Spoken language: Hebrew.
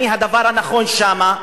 אני הדבר הנכון שם.